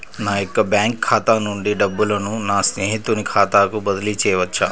నా యొక్క బ్యాంకు ఖాతా నుండి డబ్బులను నా స్నేహితుని ఖాతాకు బదిలీ చేయవచ్చా?